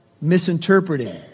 misinterpreting